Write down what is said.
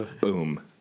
Boom